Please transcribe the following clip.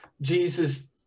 Jesus